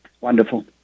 Wonderful